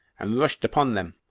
and rushed upon them,